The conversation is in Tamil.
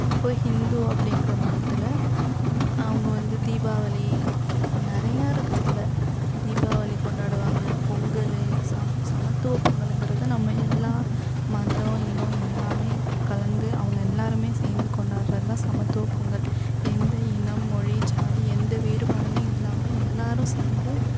இப்போ ஹிந்து அப்படிங்கிற மதத்தில் அவங்க வந்து தீபாவளி நிறையா இருக்குது அதில் தீபாவளி கொண்டாடுவாங்க பொங்கல் சம் சமத்துவ பொங்கலுங்கிறது நம்ம எல்லா மதம் இனம் எல்லாமே கலந்து அவங்க எல்லோருமே சேர்ந்து கொண்டாடுறதுதான் சமத்துவ பொங்கல் எந்த இனம் மொழி ஜாதி எந்த வேறுபாடுமே இல்லாமல் எல்லோரும் சேர்ந்து